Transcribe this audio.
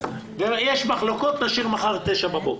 יש מחלוקות, תשאיר מחר, ל-09:00.